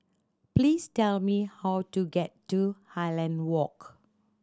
please tell me how to get to Highland Walk